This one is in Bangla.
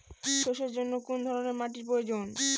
সরষের জন্য কোন ধরনের মাটির প্রয়োজন?